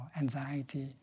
anxiety